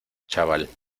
chaval